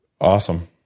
Awesome